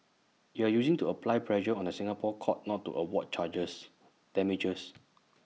you are using to apply pressure on the Singapore courts not to award charges damages